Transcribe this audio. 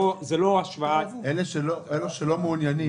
באיזה גילאים ובמה עסקו אלה שלא מעוניינים?